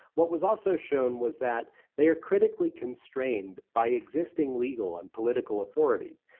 what was also shown was that they are critically constrained by existing legal and political authorities.